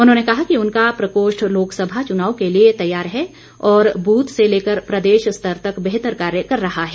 उन्होंने कहा कि उनका प्रकोष्ठ लोकसभा चुनाव के लिए तैयार है और बूथ स्तर से प्रदेश स्तर तक बेहतर कार्य कर रहा है